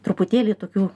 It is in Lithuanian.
truputėlį tokių